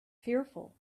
fearful